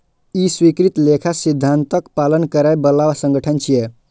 ई स्वीकृत लेखा सिद्धांतक पालन करै बला संगठन छियै